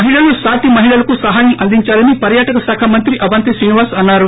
మహిళలు సాటి మహిళలకు సహాయం అందించాలని పర్వాటక శాఖ మంత్రి అవంతి శ్రీనివాస్ అన్నారు